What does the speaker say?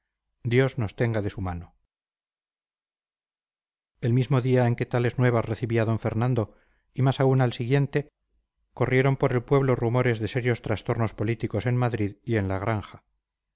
dios nos tenga de su mano el mismo día en que tales nuevas recibía d fernando y más aún al siguiente corrieron por el pueblo rumores de serios trastornos políticos en madrid y en la granja